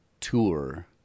tour